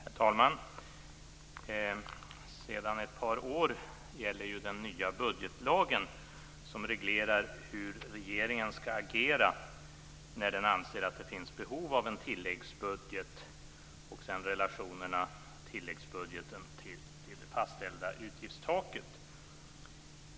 Herr talman! Sedan ett par år gäller den nya budgetlagen som reglerar hur regeringen skall agera när den anser att det finns behov av en tilläggsbudget och sedan relationerna mellan tilläggsbudgeten och det fastställda utgiftstaket.